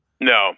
No